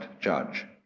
judge